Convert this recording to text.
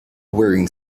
wearing